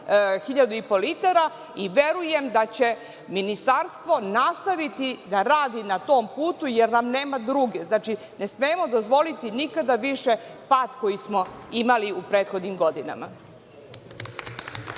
do sada 1.500 litara i verujem da će Ministarstvo nastaviti da radi na tom putu, jer nam nema druge. Ne smemo dozvoliti nikada više pad koji smo imali u prethodnim godinama.